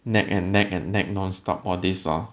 nag and nag and nag non stop all this lor